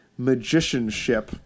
magicianship